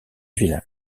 village